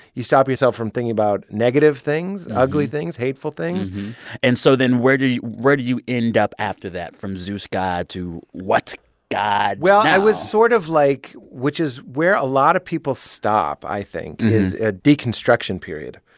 you stop yourself from thinking about negative things, ugly things, hateful things and so then where do you where do you end up after that, from zeus god to what god now? well, i was sort of like, which is where a lot of people stop, i think, is a deconstruction period.